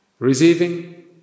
Receiving